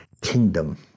kingdom